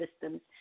systems